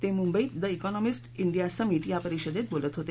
ते मुंबईत the Economist India Summit या परिषदेत बोलत होते